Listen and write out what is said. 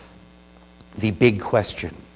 the big question.